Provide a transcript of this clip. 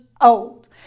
old